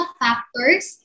factors